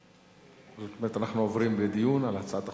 זאת אומרת, אנחנו עוברים לדיון על הצעת החוק.